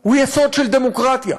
הוא יסוד של דמוקרטיה,